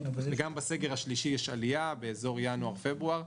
בסגר השלישי יש עלייה באזור ינואר-פברואר,